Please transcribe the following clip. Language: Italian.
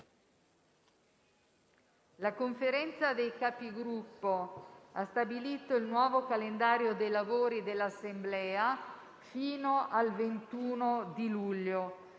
la Conferenza dei Capigruppo ha stabilito il nuovo calendario dei lavori dell'Assemblea fino al 21 luglio.